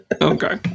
okay